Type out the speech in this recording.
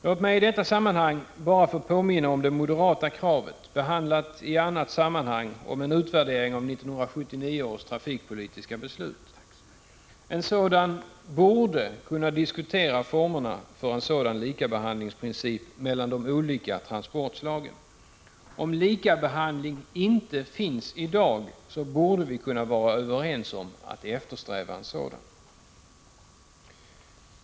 Låt mig i detta sammanhang bara få påminna om det moderata kravet, behandlat i annat sammanhang, om en utvärdering av 1979 års trafikpolitiska beslut. Vid en sådan utvärdering borde man kunna diskutera formerna för en ”likabehandlingsprincip” vad anser de olika transportslagen. Om en likabehandling inte finns i dag borde vi kunna vara överens om att eftersträva en sådan.